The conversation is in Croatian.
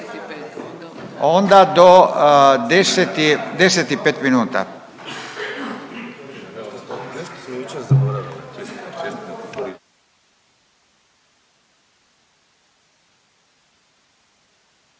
Onda do 10,05 minuta.